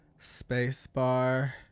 Spacebar